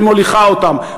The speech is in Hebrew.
שמוליכה אותם?